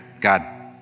God